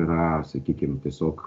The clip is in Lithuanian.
yra sakykim tiesiog